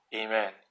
amen